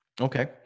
Okay